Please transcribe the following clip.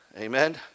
amen